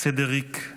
סדריק,